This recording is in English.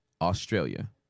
Australia